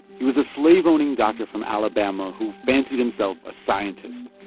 he was a slave-owning doctor from alabama who fancied himself a scientist.